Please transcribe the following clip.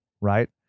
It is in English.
right